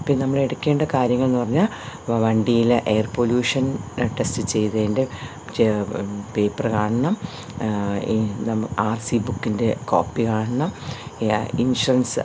പിന്നെ നമ്മളെടുക്കേണ്ട കാര്യങ്ങളെന്നുപറഞ്ഞാൽ വണ്ടിയിലെ എയർ പൊല്യൂഷൻ ടെസ്റ്റ് ചെയ്തതിൻ്റെ ചെ പേപ്പർ കാണണം എ ന ആർ സി ബുക്കിൻ്റെ കോപ്പി കാണണം ഇൻഷുറൻസ്